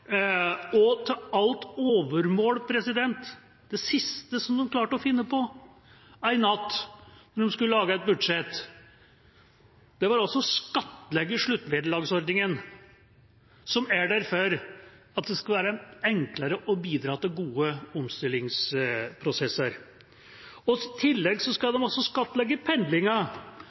og til alt overmål, det siste de klarte å finne på en natt de skulle lage et budsjett, var altså å skattlegge sluttvederlagsordningen, som er der for at det skal være enklere å bidra til gode omstillingsprosesser. I tillegg skal